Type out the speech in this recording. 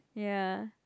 ya